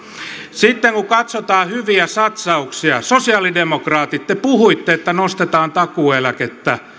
sitten kun katsotaan hyviä satsauksia sosialidemokraatit te puhuitte että nostetaan takuueläkettä